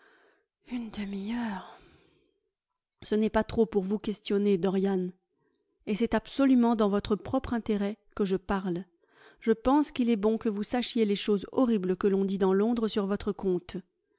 une demi-heure ce n'est pas trop pour vous questionner dorian et c'est absolument dans votre propre intérêt que je parle je pense qu'il est bon que vous sachiez les choses horribles que l'on dit dans londres sur votre compte